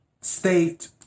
state